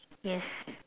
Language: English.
yes